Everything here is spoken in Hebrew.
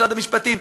משרד המשפטים,